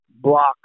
block